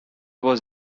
was